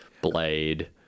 Blade